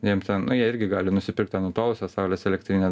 jiem ten nu jie irgi gali nusipirkt ten nutolusią saulės elektrinę